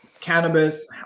cannabis